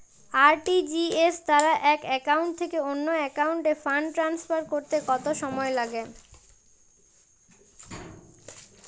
RTGS দ্বারা এক account থেকে অন্য একাউন্টে ফান্ড ট্রান্সফার করতে কত সময় লাগে?